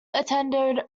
attended